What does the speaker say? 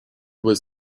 was